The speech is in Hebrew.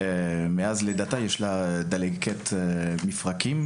מאז לידתה יש לה דלקת מפרקים,